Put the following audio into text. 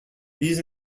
these